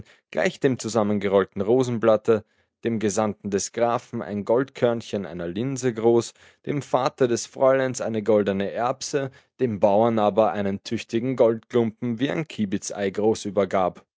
gleich dem zusammengerollten rosenblatte dem gesandten des grafen ein goldkörnchen einer linse groß dem vater des fräuleins eine goldene erbse dem bauer aber einen tüchtigen goldklumpen wie ein kibitzei groß übergab